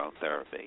therapy